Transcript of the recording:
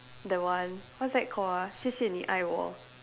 the one what's that called ah 谢谢你爱我